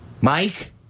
Mike